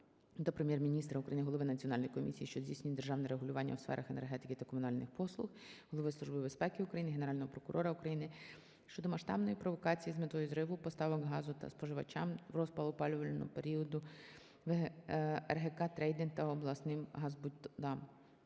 до Прем'єр-міністра України, голови Національної комісії, що здійснює державне регулювання у сферах енергетики та комунальних послуг, Голови Служби безпеки України, Генерального прокурора України щодо масштабної провокації з метою зриву поставок газу споживачам в розпал опалювального періоду ТОВ "РГК Трейдинг" та обласними газзбутами.